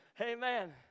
Amen